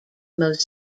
most